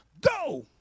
go